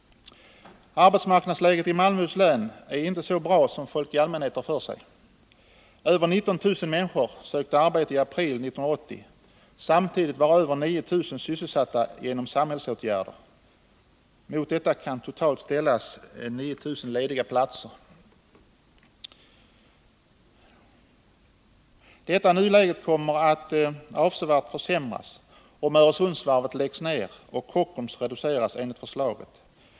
Arbetsmarknadsläget i Malmöhus län är inte så bra som folk i allmänhet har för sig. Över 19 000 människor sökte arbete i april 1980. Samtidigt var över 9 000 sysselsatta genom samhällsåtgärder. Antalet lediga platser var totalt 9 000. Detta nuläge kommer att avsevärt försämras, om Öresundsvarvet läggs ned och Kockums reduceras enligt förslaget.